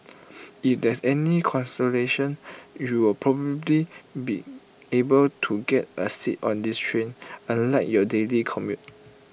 if that's any consolation you'll probably be able to get A seat on these trains unlike your daily commute